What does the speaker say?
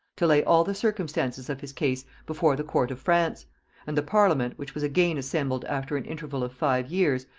to lay all the circumstances of his case before the court of france and the parliament, which was again assembled after an interval of five years,